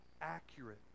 accurate